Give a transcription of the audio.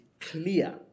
clear